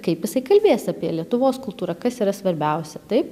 kaip jisai kalbės apie lietuvos kultūrą kas yra svarbiausia taip